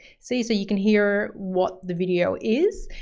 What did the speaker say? see so you can hear what the video is?